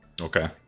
Okay